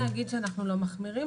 אנחנו רוצים להגיד שאנחנו לא מחמירים.